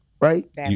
Right